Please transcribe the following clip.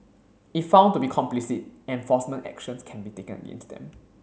if found to be complicit enforcement actions can be taken against them